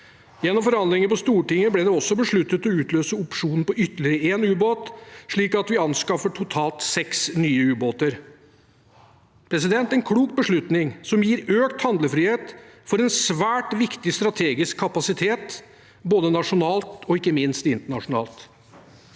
Gjennom forhandlinger på Stortinget ble det også besluttet å utløse opsjon på ytterligere en ubåt, slik at vi anskaffer totalt seks nye ubåter – en klok beslutning som gir økt handlefrihet for en svært viktig strategisk kapasitet, både nasjonalt og ikke minst internasjonalt.